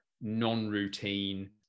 non-routine